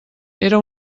era